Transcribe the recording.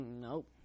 Nope